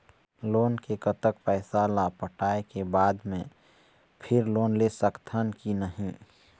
Loan के कतक पैसा ला पटाए के बाद मैं फिर लोन ले सकथन कि नहीं?